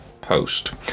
post